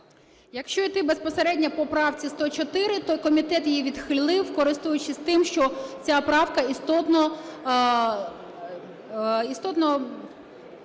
Якщо йти безпосередньо по правці 104, то комітет її відхилив, користуючись тим, що ця правка істотно